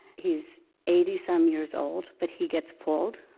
he's eighty some years old, but he gets pulled